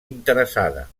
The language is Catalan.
interessada